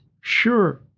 Sure